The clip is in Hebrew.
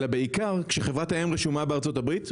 אלא בעיקר כשחברת האם רשומה בארצות הברית,